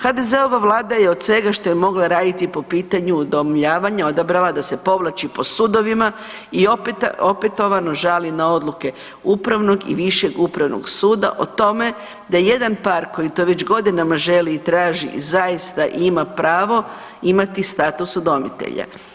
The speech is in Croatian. HDZ-ova Vlada je od svega što je mogla raditi po pitanju udomljavanja odabrala da se povlači po sudovima i opetovana žali na odluke Upravnog i Višeg upravnog suda o tome da jedan par koji to već godinama želi, i traži i zaista ima pravo imati status udomitelja.